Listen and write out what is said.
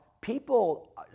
people